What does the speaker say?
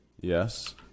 Yes